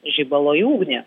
žibalo į ugnį